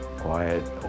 quiet